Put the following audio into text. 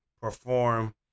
perform